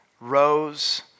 rose